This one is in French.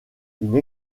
une